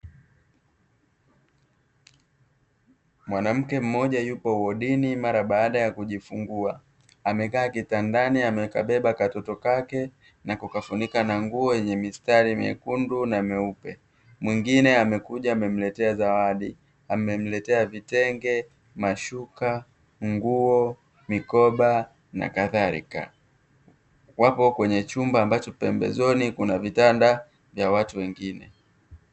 Mwanamke mmoja yupo wodini mara baada ya kujifungua amekaa kitandani amekabeba katoto kake na kukafunika na nguo yenye mistari miyekundu na miyeupe, mwingine amekuja amemletea zawadi, amemletea vitenge mashuka nguo, mikoba na kadhalika, wapo kwenye chumba ambacho pembezoni kuna vitanda vya watu wengine.